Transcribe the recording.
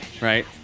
right